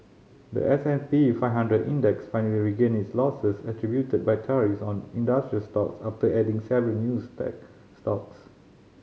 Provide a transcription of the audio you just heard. the S and P five hundred Index finally regained its losses attributed by tariffs on industrial stock after adding several new stocks